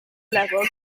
level